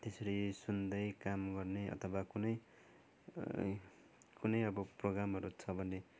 त्यसरी सुन्दै काम गर्ने अथवा कुनै कुनै अब प्रोग्रामहरू छ भने